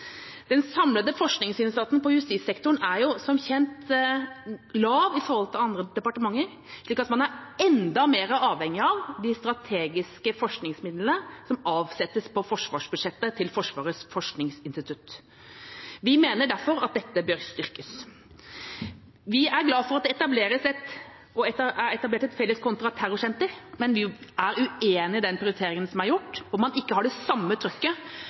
Den samlede forskningsinnsatsen på justissektoren er som kjent lav i forhold til andre departementer, så man er enda mer avhengig av de strategiske forskningsmidlene som avsettes på forsvarsbudsjettet til Forsvarets forskningsinstitutt. Vi mener derfor at dette bør styrkes. Vi er glad for at det er etablert et felles kontraterrorsenter, men vi er uenig i den prioriteringen som er gjort, hvor man ikke har det samme trykket